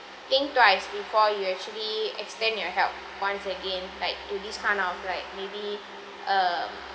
think twice before you actually extend your help once again like to this kind of like maybe err